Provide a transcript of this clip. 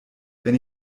wenn